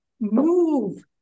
Move